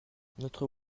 notre